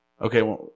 Okay